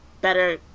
better